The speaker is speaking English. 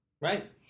right